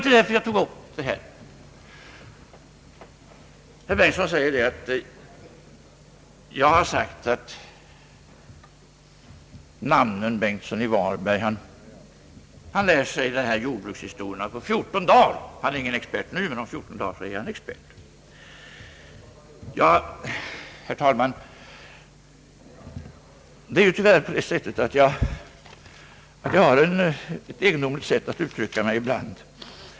Men herr Bengtson sade att jag hade yttrat, att hans namne, herr Bengtsson i Varberg, lär sig jordbruksfrågorna på 14 dagar — han är ingen expert nu men på 14 dagar blir han det. Ja, herr talman, ibland har jag ju tyvärr ett litet egendomligt sätt att uttrycka mig.